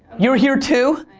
you're here too.